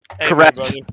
Correct